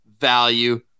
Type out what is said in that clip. value